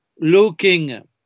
looking